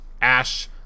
Ash